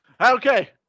Okay